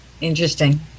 interesting